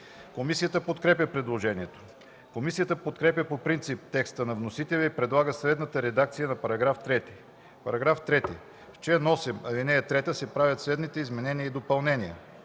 Комисията подкрепя предложението. Комисията подкрепя по принцип текста на вносителя и предлага следната редакция за § 3: „§ 3. В чл. 8, ал. 3 се правят следните изменения и допълнения: